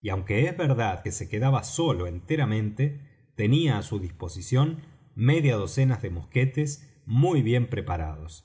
y aunque es verdad que se quedaba solo enteramente tenía á su disposición media docena de mosquetes muy bien preparados